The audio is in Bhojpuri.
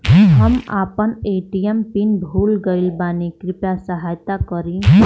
हम आपन ए.टी.एम पिन भूल गईल बानी कृपया सहायता करी